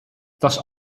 thus